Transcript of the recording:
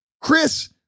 Chris